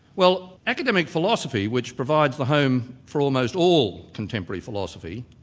well academic philosophy, which provides the home for almost all contemporary philosophy,